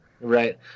Right